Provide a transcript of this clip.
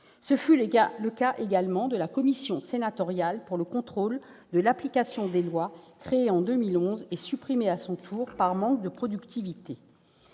figure également la commission sénatoriale pour le contrôle de l'application des lois, créée en 2011 et supprimée à son tour par manque de productivité.